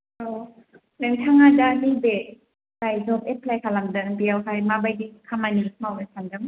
औ नोंथाङा दा बबे दायटआव एप्लाय खालामदों बेवहाय माबायदि खामानि मावनो सानदों